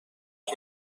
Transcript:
رفت